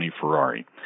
Ferrari